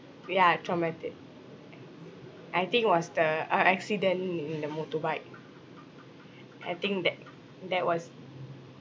ya traumatic I think it was the a accident in the motorbike I think that that was